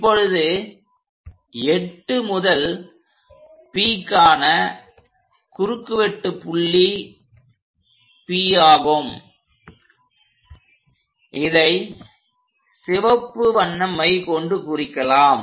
இப்போது 8 முதல் P க்கான குறுக்குவெட்டு புள்ளி P ஆகும் இதை சிவப்பு வண்ண மை கொண்டு குறிக்கலாம்